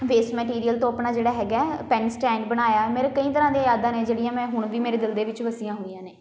waste material ਤੋਂ ਆਪਣਾ ਜਿਹੜਾ ਹੈਗਾ ਪੈੱਨ ਸਟੈਂਡ ਬਣਾਇਆ ਮੇਰੇ ਕਈ ਤਰ੍ਹਾਂ ਦੇ ਯਾਦਾਂ ਨੇ ਜਿਹੜੀਆਂ ਮੈਂ ਹੁਣ ਵੀ ਮੇਰੇ ਦਿਲ ਦੇ ਵਿੱਚ ਵਸੀਆਂ ਹੋਈਆਂ ਨੇ